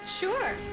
Sure